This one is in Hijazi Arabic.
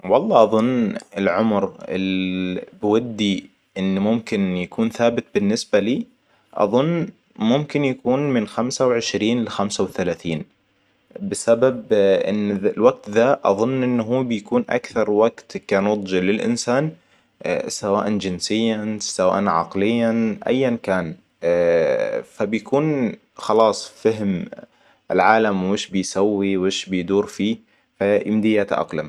والله اظن العمر ال- بودي ان ممكن يكون ثابت بالنسبة لي اظن ممكن يكون من خمسة وعشرين لخمسة وثلاثين بسبب ان الوقت ذا اظن ان هو بيكون اكثر وقت كنضج للانسان سواء اصجنسيا سوءاً عقليا اياً كان فبيكون خلاص فهم العالم ومش بيسوي وش بيدور فيه فيمدي يتأقلم